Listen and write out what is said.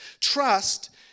Trust